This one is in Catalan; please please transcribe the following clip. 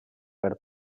per